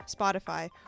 Spotify